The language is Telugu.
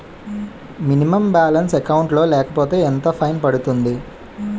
మినిమం బాలన్స్ అకౌంట్ లో లేకపోతే ఎంత ఫైన్ పడుతుంది?